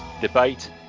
debate